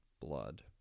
blood